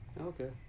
Okay